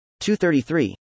233